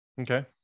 Okay